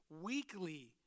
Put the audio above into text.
weekly